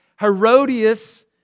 Herodias